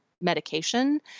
medication